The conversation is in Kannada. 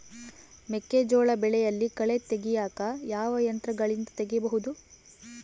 ಮೆಕ್ಕೆಜೋಳ ಬೆಳೆಯಲ್ಲಿ ಕಳೆ ತೆಗಿಯಾಕ ಯಾವ ಯಂತ್ರಗಳಿಂದ ತೆಗಿಬಹುದು?